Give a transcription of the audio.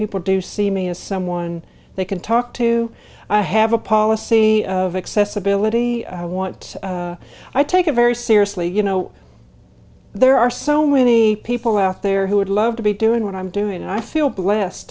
people do see me as someone they can talk to i have a policy of accessibility i want i take it very seriously you know there are so many people out there who would love to be doing what i'm doing and i feel blessed